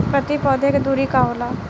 प्रति पौधे के दूरी का होला?